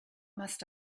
must